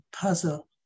puzzle